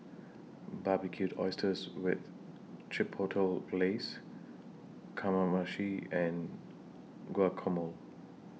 Barbecued Oysters with Chipotle Glaze Kamameshi and Guacamole